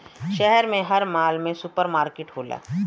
शहर में हर माल में सुपर मार्किट होला